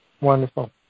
Wonderful